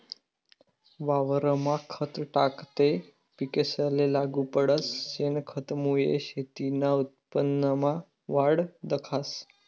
वावरमा खत टाकं ते पिकेसले लागू पडस, शेनखतमुये शेतीना उत्पन्नमा वाढ दखास